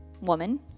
woman